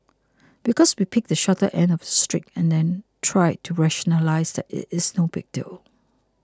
because we picked the shorter end of the stick and then tried to rationalise that it is no big deal